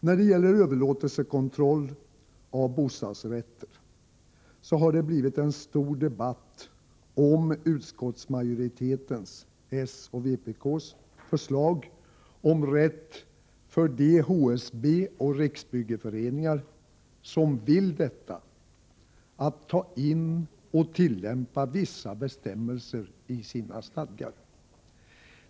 När det gäller överlåtelsekontroll av bostadsrätter har det blivit en stor debatt om utskottsmajoritetens —s och vpk — förslag till rätt för de HSB och Riksbyggeföreningar som vill detta, att ta in och tillämpa vissa bestämmelser i sina stadgar.